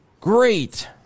great